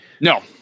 No